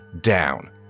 down